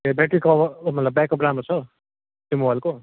हेर्दा के क मतलब ब्याकअप राम्रो छ त्यो मोबाइलको